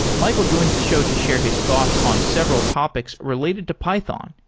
michael joins the show to share his thoughts on several topics related to python,